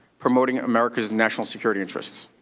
promoting america's national security interests.